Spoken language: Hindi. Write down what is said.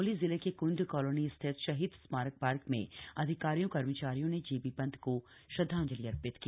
चमोली जिले के क्ण्ड कॉलोनी स्थित शहीद स्मारक शार्क में अधिकारियों कर्मचारियों ने जीबी ांत को श्रद्धांजलि अर्थित की